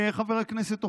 חבר הכנסת אוחנה,